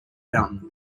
fountain